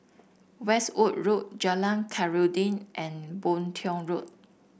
Westwood Road Jalan Khairuddin and Boon Tiong Road